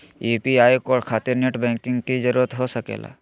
UPI code खातिर net banking की जरूरत हो सके ला?